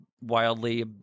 wildly